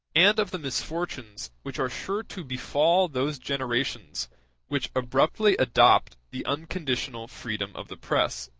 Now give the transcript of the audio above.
and of the misfortunes which are sure to befall those generations which abruptly adopt the unconditional freedom of the press.